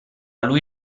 lui